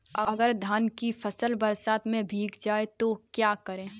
अगर धान की फसल बरसात में भीग जाए तो क्या करें?